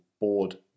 board